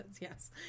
yes